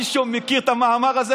מישהו מכיר את המאמר הזה?